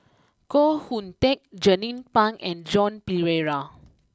Koh Hoon Teck Jernnine Pang and Joan Pereira